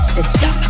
Sister